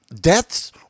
deaths